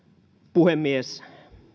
puhemies